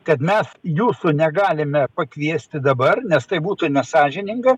kad mes jūsų negalime pakviesti dabar nes tai būtų nesąžininga